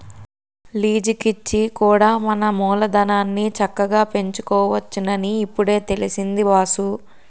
లీజికిచ్చి కూడా మన మూలధనాన్ని చక్కగా పెంచుకోవచ్చునని ఇప్పుడే తెలిసింది బాసూ